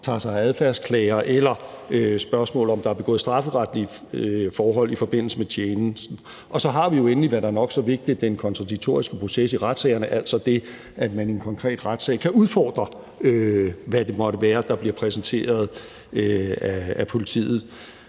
tager sig af adfærdsklager og spørgsmål om, hvorvidt der er begået strafferetlige forhold i forbindelse med tjenesten. Og så har vi endelig, hvad der er nok så vigtigt, den kontradiktoriske proces i retssagerne, altså det, at man i en konkret retssag kan udfordre, hvad det måtte være, der bliver præsenteret af politiet.